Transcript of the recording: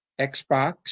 Xbox